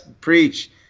preach